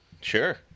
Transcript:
Sure